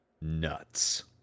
nuts